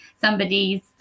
somebody's